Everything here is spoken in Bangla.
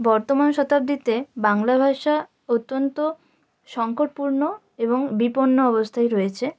বর্তমান শতাব্দীতে বাংলা ভাষা অত্যন্ত সংকটপূর্ণ এবং বিপন্ন অবস্থায় রয়েছে